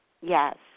Yes